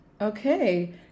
Okay